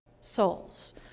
souls